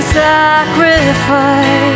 sacrifice